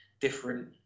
different